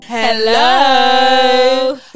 Hello